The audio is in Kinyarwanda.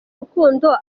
rukundo